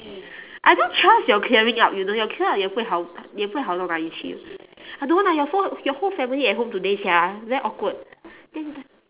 I don't trust your clearing up you know your clear up 也不会好也不会好 I don't want lah your fo~ your whole family at home today sia very awkward then th~